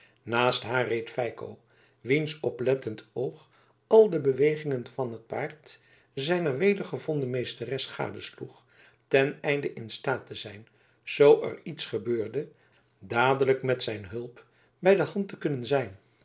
naast haar reed feiko wiens oplettend oog al de bewegingen van het paard zijner wedergevonden meesteres gadesloeg ten einde in staat te zijn zoo er iets gebeurde dadelijk met zijn hulp bij de hand te kunnen zijn